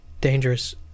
dangerous